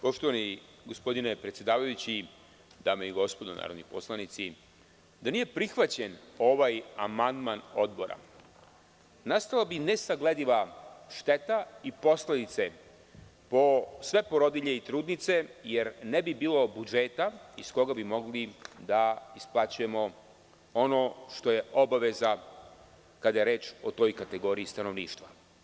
Poštovani gospodine predsedavajući, dame i gospodo narodni poslanici, da nije prihvaćen ovaj amandman Odbora, nastala bi nesaglediva šteta i posledice po sve porodilje i trudnice jer ne bi bilo budžeta iz koga bi mogli da isplaćujemo ono što je obaveza kada je reč o toj kategoriji stanovništva.